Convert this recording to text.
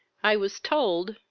i was told,